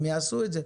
הם יעשו את זה.